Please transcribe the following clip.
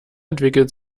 entwickelt